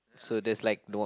so there's like no